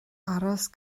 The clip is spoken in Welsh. aros